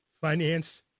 finance